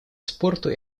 спорту